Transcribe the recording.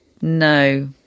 no